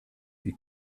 wir